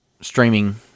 streaming